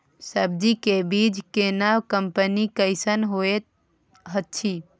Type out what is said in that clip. सब्जी के बीज केना कंपनी कैसन होयत अछि?